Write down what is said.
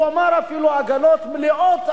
הוא אמר אפילו: עגלות מלאות,